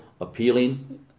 appealing